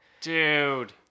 Dude